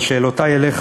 אבל שאלותי אליך,